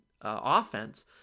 offense